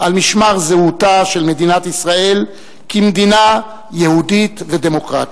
על משמר זהותה של מדינת ישראל כמדינה יהודית ודמוקרטית.